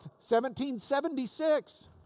1776